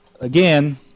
again